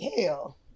hell